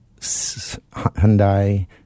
Hyundai